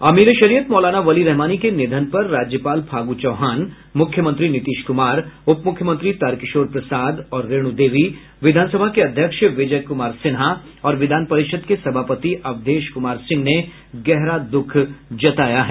अमीर ए शरियत मौलाना वली रहमानी के निधन पर राज्यपाल फागू चौहान मुख्यमंत्री नीतीश कुमार उपमुख्यमंत्री तारकिशोर प्रसाद और रेणु देवी विधानसभा के अध्यक्ष विजय कुमार सिन्हा और विधान परिषद के सभापति अवधेश कुमार सिंह ने गहरा दुख जताया है